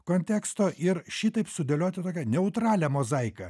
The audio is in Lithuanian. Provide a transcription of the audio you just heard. konteksto ir šitaip sudėlioti tokią neutralią mozaiką